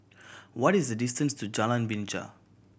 what is the distance to Jalan Binja